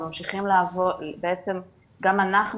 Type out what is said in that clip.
גם אנחנו